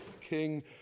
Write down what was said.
king